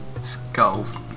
skulls